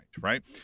right